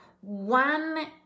one